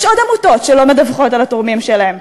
יש עוד עמותות שלא מדווחות על התורמים שלהן.